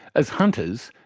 as hunters,